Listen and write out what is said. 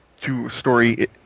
two-story